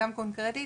גם קונקרטית,